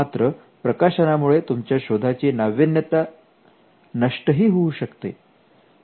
मात्र प्रकाशना मुळे तुमच्या शोधाची नाविन्यता नष्ट ही होऊ शकते